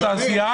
הוא תעשיין,